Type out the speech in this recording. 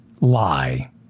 lie